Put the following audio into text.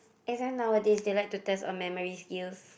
exam nowadays they like to test on memory skill